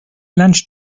lunch